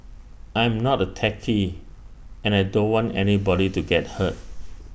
I am not A techie and I don't want anybody to get hurt